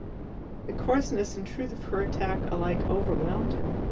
the coarseness and truth of her attack alike overwhelmed him.